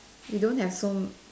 we don't have phone